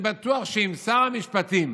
אני בטוח שאם שר המשפטים